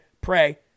pray